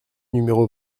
numéro